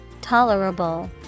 Tolerable